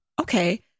okay